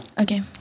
Okay